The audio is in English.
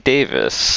Davis